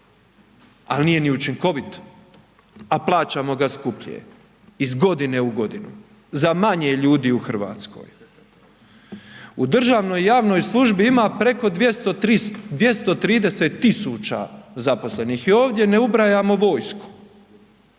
ali nije ni učinkovit, a plaćamo ga skuplje iz godine u godinu za manje ljudi u Hrvatskoj. U državnoj i javnoj službi ima preko 230 tisuća zaposlenih i ovdje ne ubrajamo vojsku